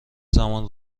زمان